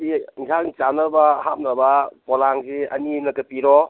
ꯁꯤ ꯑꯦꯟꯁꯥꯡ ꯆꯥꯅꯕ ꯍꯥꯞꯅꯕ ꯄꯣꯂꯥꯡꯁꯦ ꯑꯅꯤꯃꯒ ꯄꯤꯔꯣ